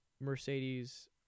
Mercedes